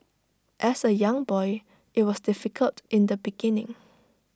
as A young boy IT was difficult in the beginning